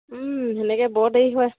সেনেকে বৰ দেৰি হয়